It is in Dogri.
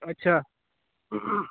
अच्छा